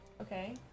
Okay